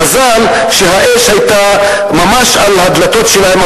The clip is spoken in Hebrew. מזל שהאש היתה ממש על הדלתות שלהם,